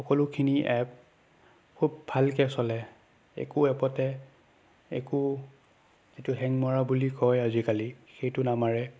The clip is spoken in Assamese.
সকলোখিনি এপ খুব ভালকৈ চলে একো এপতে একো যিটো হেং মৰা বুলি কয় আজিকালি সেইটো নামাৰে